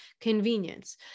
Convenience